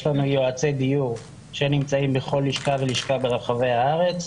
יש לנו יועצי דיור שנמצאים בכל לשכה ולשכה ברחבי הארץ.